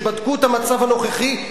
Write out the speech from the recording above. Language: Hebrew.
שבדקו את המצב הנוכחי,